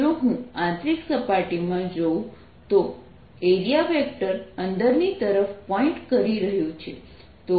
જો હું આંતરિક સપાટીમાં જોઉં તો એરિયા વેક્ટર અંદરની તરફ પોઇન્ટ કરી રહ્યું છે